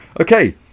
Okay